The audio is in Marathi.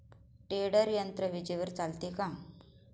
टेडर यंत्र विजेवर चालते का?